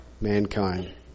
mankind